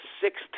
sixth